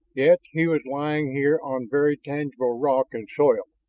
yet he was lying here on very tangible rock and soil,